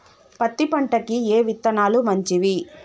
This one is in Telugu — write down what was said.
పత్తి పంటకి ఏ విత్తనాలు మంచివి?